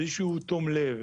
איזה שהוא תום לב,